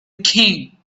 king